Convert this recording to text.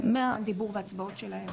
מה לגבי זמן דיבור והצבעות שלהם?